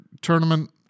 tournament